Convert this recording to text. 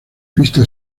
pista